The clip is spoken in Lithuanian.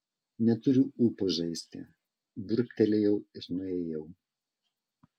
neturiu ūpo žaisti burbtelėjau ir nuėjau